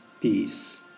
peace